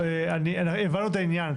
הבנו את העניין,